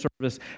service